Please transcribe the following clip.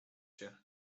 się